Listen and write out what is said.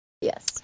Yes